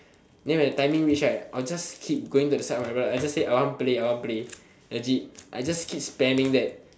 then when the timing reach right I'll just keep going to the side of my brother I just say I want play I want play legit I just keep spamming that